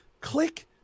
Click